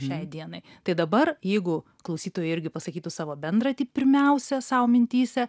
šiai dienai tai dabar jeigu klausytojai irgi pasakytų savo bendratį pirmiausia sau mintyse